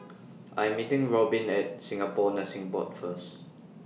I Am meeting Robbin At Singapore Nursing Board First